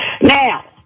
Now